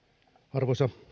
arvoisa